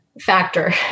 factor